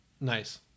Nice